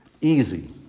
easy